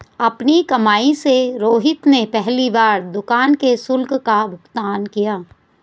अपनी कमाई से रोहित ने पहली बार दुकान के शुल्क का भुगतान किया